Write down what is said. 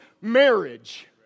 marriage